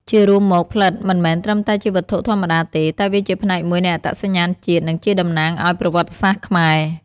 ជារួមមកផ្លិតមិនមែនត្រឹមតែជាវត្ថុធម្មតាទេ តែវាជាផ្នែកមួយនៃអត្តសញ្ញាណជាតិ និងជាតំណាងឱ្យប្រវត្តិសាស្ត្រខ្មែរ។